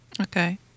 Okay